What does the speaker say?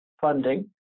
funding